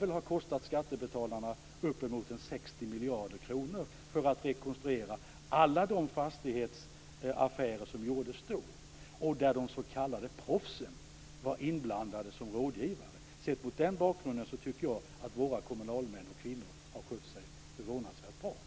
Det lär ha kostat skattebetalarna uppemot 60 miljarder kronor att rekonstruera alla de fastighetsaffärer som gjordes då, där de s.k. proffsen var inblandade som rådgivare. Mot den bakgrunden tycker jag att våra kommunalmän och - kvinnor har skött sig förvånansvärt bra.